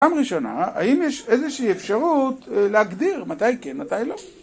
פעם ראשונה, האם יש איזושהי אפשרות להגדיר מתי כן, מתי לא?